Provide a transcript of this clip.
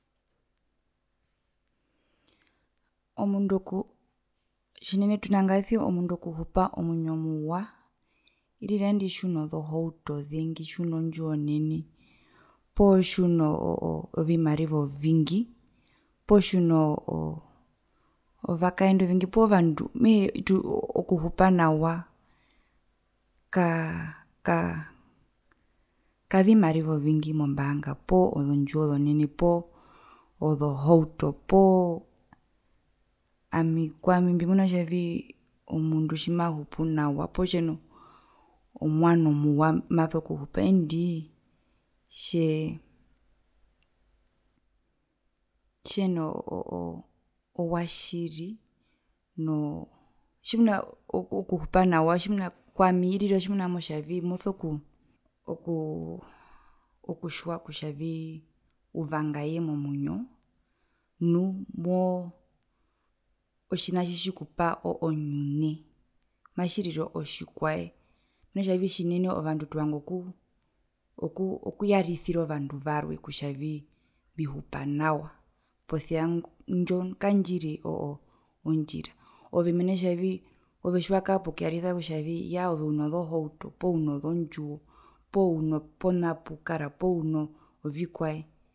Omundu okuu tjinene tunandaasiomundu okuhupa omwinyo muwa irira tjiunozohauto zengi tjiuno ndjiwo nene poo tjiuno oo oo oo ovimariva ovingi poo tjiuno oo oo ovakaendu ovengi poo vandu okuhupa nawa kaa ka ka kavimariva ovingi mombaanga poo zondjiwo zonene poo zohauto poo ami kwami mbimuna kutjavii omundu tjimahupu nawa poo tjeno mwano tjeno mwano muwa mbweso kuhupa eendii tjee tjenoo oo oo owatjiri noo tjimuna oku okuhupa nawa tjimuna kwami irira tjimuna motjavii moso kuu oku okutjiwa kutjavii uvangaye momwinyo nu moo otjina tjitjikupa onyune matjirire otjikwae mena tjanai tjinene ovandu tuvanga oku okuyarisira ovandu varwe kutjaviimbihupa nawa posia indjo kandjiri oo oo ondjira mena kutja nai ove tjiwakaa pokuyarisa kutja vii yaa ove uno zohauto poo uno zondjiwo poo uno pona puukara poo uno vikwae.